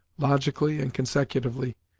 logically and consecutively,